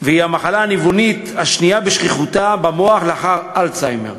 והיא המחלה הניוונית השנייה בשכיחותה במוח לאחר אלצהיימר.